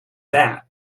that